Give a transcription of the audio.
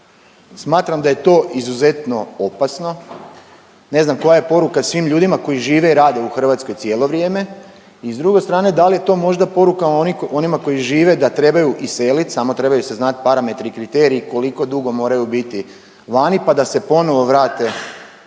Smatram da je to izuzetno opasno. Ne znam koja je poruka svim ljudima koji žive i rade u Hrvatskoj cijelo vrijeme i s druge strane da li je to možda poruka onima koji žive da trebaju iselit samo trebaju se znat parametri i kriteriji koliko dugo moraju biti vani, pa da se ponovo vrate